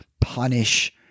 punish